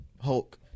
hulk